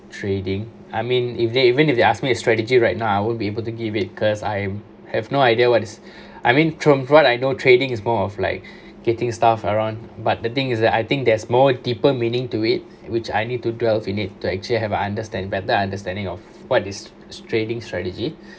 trading I mean if they even if they ask me a strategy right now I won't be able to give it because I have have no idea what is I mean from what I know trading is more of like getting stuff around but the thing is that I think there's more deeper meaning to it which I need to dwells in it to actually have a understand better understanding of what is trading strategy